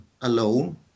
alone